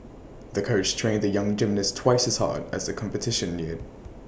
the coach trained the young gymnast twice as hard as the competition neared